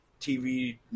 TV